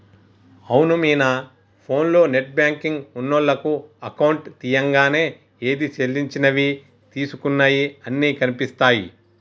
అవును మీనా ఫోన్లో net banking ఉన్నోళ్లకు అకౌంట్ తీయంగానే ఏది సెల్లించినవి తీసుకున్నయి అన్ని కనిపిస్తాయి